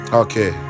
okay